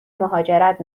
مهاجرت